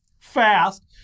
fast